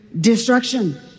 destruction